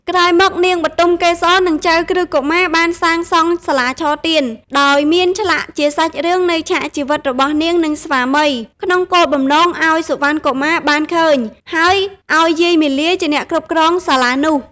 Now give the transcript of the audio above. ក្រោយមក នាងបុទមកេសរ និងចៅក្រឹស្នកុមារបានសាងសង់សាលាឆទាន ដោយមានឆ្លាក់ជាសាច់រឿងនៃឆាកជីវិតរបស់នាង និងស្វាមី ក្នុងគោលបំណងឱ្យសុវណ្ណកុមារបានឃើញ ហើយឱ្យយាយមាលាជាអ្នកគ្រប់គ្រងសាលានោះ។